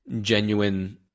genuine